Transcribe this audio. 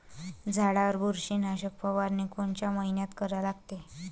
झाडावर बुरशीनाशक फवारनी कोनच्या मइन्यात करा लागते?